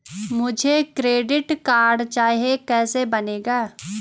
मुझे credit card चाहिए कैसे बनेगा?